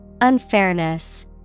Unfairness